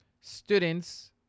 students